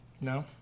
No